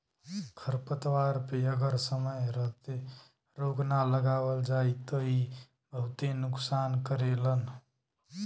खरपतवार पे अगर समय रहते रोक ना लगावल जाई त इ बहुते नुकसान करेलन